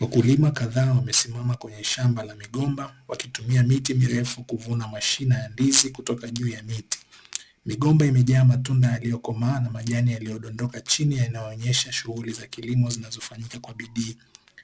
Wakulima kadhaa wamesimama kwenye shamba la migomba, wakitumia miti mirefu kuvuna mashina ya ndizi kutoka juu ya miti. Migomba imejaa matunda yaliyokomaa na majani yaliodondoka chini yanayonesha shughuli za kilimo zinazofanyika kwa bidii.